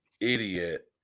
idiot